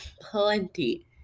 plenty